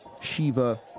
Shiva